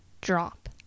drop